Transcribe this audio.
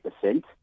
percent